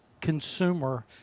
consumer